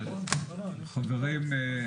חברים,